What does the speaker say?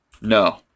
no